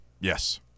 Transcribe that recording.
Yes